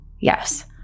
Yes